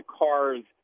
cars